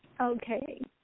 Okay